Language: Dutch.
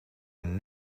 een